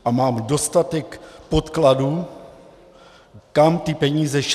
A mám dostatek podkladů, kam ty peníze šly.